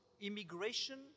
immigration